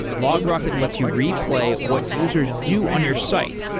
logrocket lets you replay what users do on your site,